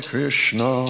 Krishna